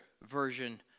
version